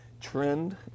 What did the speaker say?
trend